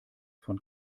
von